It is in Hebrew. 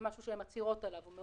זה משהו שהן מצהירות עליו,